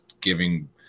giving